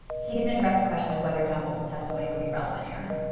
he didn't address the question and whether john bolton's testimony would be relevant, aaron.